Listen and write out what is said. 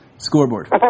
Scoreboard